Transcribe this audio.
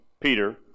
Peter